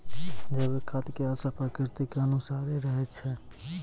जैविक खाद के असर प्रकृति के अनुसारे रहै छै